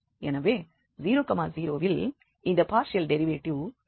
எனவே 00 வில் இந்த பார்ஷியல் டெரிவேட்டிவ் 0 வாக இருக்கும்